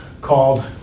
called